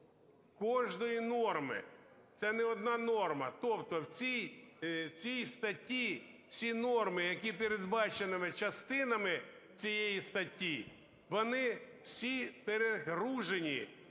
кожної норми. Це не одна норма. Тобто в цій, цій статті всі норми, які передбачені частинами цієї статті, вони всі перегружені